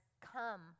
Come